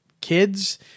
kids